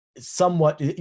Somewhat